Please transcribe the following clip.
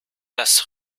das